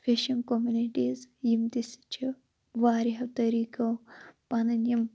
fishing communities یِم تہِ چھِ وارِیاہو طٔریقو پَنٕنۍ یِم